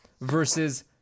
versus